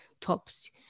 tops